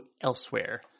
elsewhere